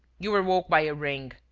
you were woke by a ring.